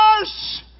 worse